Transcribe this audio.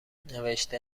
نوشته